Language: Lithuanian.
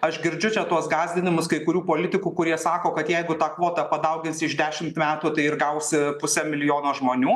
aš girdžiu čia tuos gąsdinimus kai kurių politikų kurie sako kad jeigu tą kvotą padauginsi iš dešimt metų tai ir gausi pusę milijono žmonių